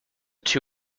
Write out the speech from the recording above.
two